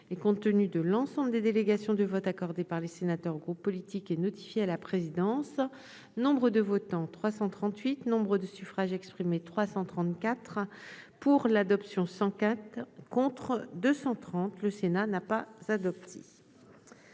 compte tenu de l'ensemble des délégations de vote accordé par les sénateurs groupes politiques et à la présidence, nombre de votants 338 Nombre de suffrages exprimés 334 pour l'adoption 104 contre 230 le Sénat n'a pas. Adopté